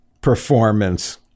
performance